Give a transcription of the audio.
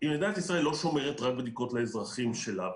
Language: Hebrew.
מדינת ישראל לא שומרת בדיקות רק לאזרחים שלה.